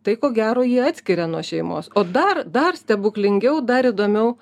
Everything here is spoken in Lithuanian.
tai ko gero jį atskiria nuo šeimos o dar dar stebuklingiau dar įdomiau